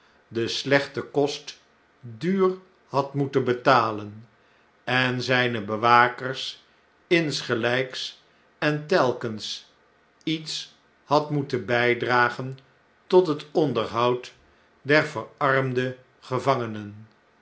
den slechten kost'duur had moeten betalen en zijne bewakers insgeiyks en telkens iets had moeten bijdragen tot het onderhoud der verarmde gevangenen